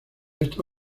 esta